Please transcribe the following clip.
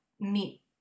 meat